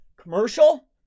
commercial